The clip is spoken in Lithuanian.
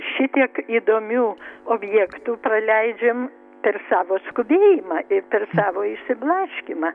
šitiek įdomių objektų praleidžiam per savo skubėjimą ir per savo išsiblaškymą